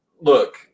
look